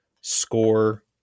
score